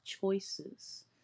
choices